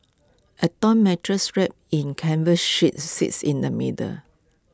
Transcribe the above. A torn mattress wrapped in canvas sheets sits in the middle